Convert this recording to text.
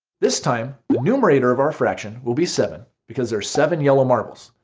this time the numerator of our fraction will be seven because there's seven yellow marbles.